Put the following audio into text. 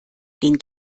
den